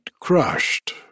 crushed